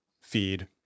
feed